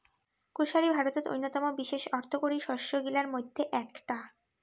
কুশারি ভারতত অইন্যতম বিশেষ অর্থকরী শস্য গিলার মইধ্যে এ্যাকটা